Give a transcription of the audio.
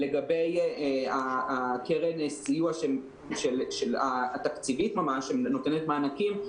לגבי קרן הסיוע התקציבית שנותנת מענקים,